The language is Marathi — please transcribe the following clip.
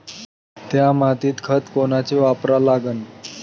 थ्या मातीत खतं कोनचे वापरा लागन?